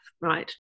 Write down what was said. right